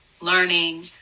learning